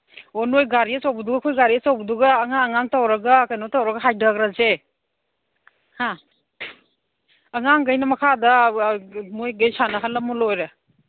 ꯑꯣ ꯅꯣꯏ ꯒꯥꯔꯤ ꯑꯆꯧꯕꯗꯨꯒ ꯑꯩꯈꯣꯏ ꯒꯥꯔꯤ ꯑꯆꯧꯕꯗꯨꯒ ꯑꯉꯥꯡ ꯑꯉꯥꯡ ꯇꯧꯔꯒ ꯀꯩꯅꯣ ꯇꯧꯔꯒ ꯍꯥꯏꯗꯒ꯭ꯔꯁꯦ ꯍꯥ ꯑꯉꯥꯡꯒꯩꯅ ꯃꯈꯥꯗ ꯃꯣꯏꯒꯩ ꯁꯥꯟꯅꯍꯜꯂꯝꯃ ꯂꯣꯏꯔꯦ